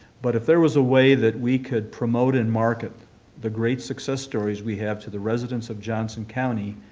but if there was a way that we could promote and market the great success stories we have to the residents of johnson county,